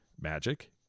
Magic